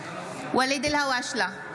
ואליד אלהואשלה,